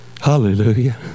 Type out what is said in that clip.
Hallelujah